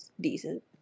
Decent